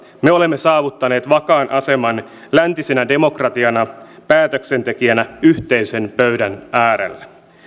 me olemme saavuttaneet vakaan aseman läntisenä demokratiana päätöksentekijänä yhteisen pöydän äärellä